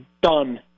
Done